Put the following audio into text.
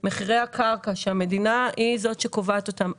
מחירי הקרקע שהמדינה היא זאת שקובעת אותם,